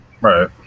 Right